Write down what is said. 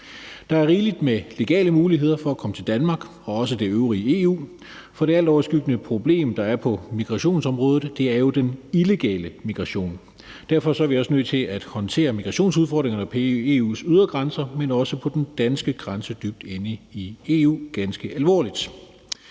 Der er rigelig med legale muligheder for at komme til Danmark og også det øvrige EU, så det altoverskyggende problem, der er på migrationsområdet, er jo den illegale migration. Derfor er vi også nødt til at tage migrationsudfordringerne ved EU's grænser, men også ved den danske grænse dybt inde i EU, ganske alvorligt.